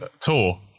tour